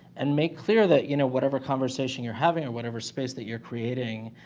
and make clear that, you know, whatever conversation you're having or whatever space that you're creating,